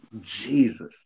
Jesus